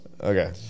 Okay